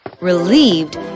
Relieved